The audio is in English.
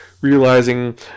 realizing